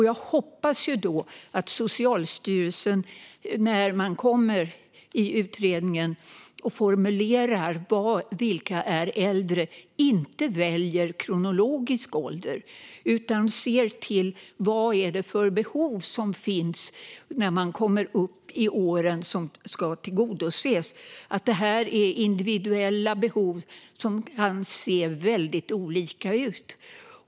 Jag hoppas då att när Socialstyrelsen i utredningen ska formulera vilka som är äldre inte väljer kronologisk ålder utan kommer att se till vilka behov som ska tillgodoses när man kommer upp i åren. Det är fråga om individuella behov som kan se olika ut.